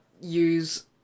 use